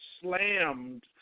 slammed